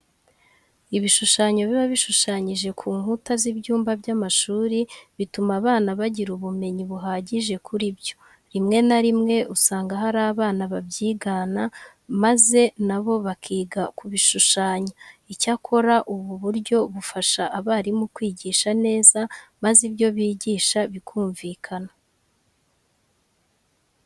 Ibishushanyo biba bishushanyije ku nkuta z'ibyumba by'amashuri, bituma abana bagira ubumenyi buhagije kuri byo. Rimwe na rimwe usanga hari abana babyigana maze na bo bakiga kubishushanya. Icyakora ubu buryo bufasha abarimu kwigisha neza maze ibyo bigisha bikumvikana.